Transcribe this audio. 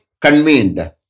convened